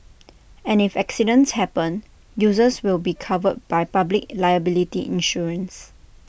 and if accidents happen users will be covered by public liability insurance